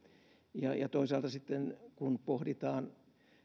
ja ja toisaalta sitten kun pohditaan